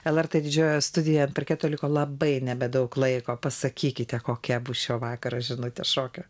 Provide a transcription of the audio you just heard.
el er tė didžiojoje studijoje ant parketo liko labai nebedaug laiko pasakykite kokia bus šio vakaro žinutė šokio